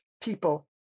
people